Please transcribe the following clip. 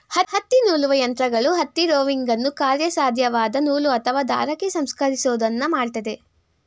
ಹತ್ತಿನೂಲುವ ಯಂತ್ರಗಳು ಹತ್ತಿ ರೋವಿಂಗನ್ನು ಕಾರ್ಯಸಾಧ್ಯವಾದ ನೂಲು ಅಥವಾ ದಾರಕ್ಕೆ ಸಂಸ್ಕರಿಸೋದನ್ನ ಮಾಡ್ತದೆ